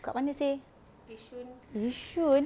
dekat mana seh yishun